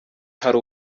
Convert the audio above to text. hari